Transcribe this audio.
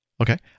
Okay